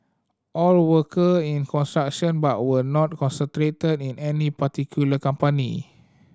all worker in construction but were not concentrated in any particular company